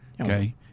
okay